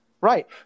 Right